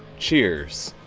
cheers!